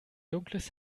dunkles